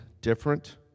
different